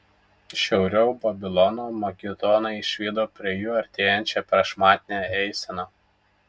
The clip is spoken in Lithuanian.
šiauriau babilono makedonai išvydo prie jų artėjančią prašmatnią eiseną